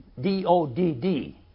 D-O-D-D